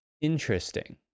interesting